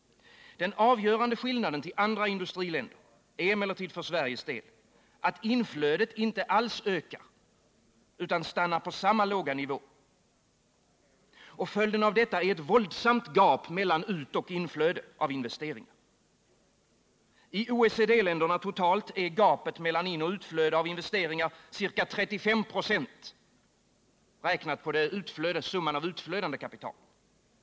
Den avgörande skillnaden i förhållande till andra industriländer är emellertid för Sveriges del att inflödet inte alls ökar utan stannar på samma låga nivå. Följden av detta är ett våldsamt gap mellan utoch inflöde av investeringar. I OECD-länderna totalt är gapet mellan inoch utflöde av investeringar ca 35 96, räknat på summan av utflödande kapital.